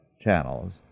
channels